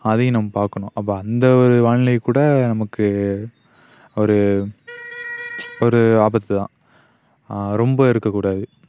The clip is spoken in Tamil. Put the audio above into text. அதையும் நாம் பார்க்கணும் அப்போ அந்த ஒரு வானிலை கூட நமக்கு ஒரு ஒரு ஆபத்து தான் ரொம்ப இருக்கக்கூடாது